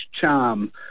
charm